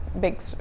big